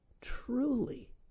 truly